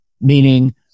meaning